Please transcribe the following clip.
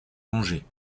angers